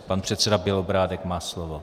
Pan předseda Bělobrádek má slovo.